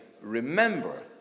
Remember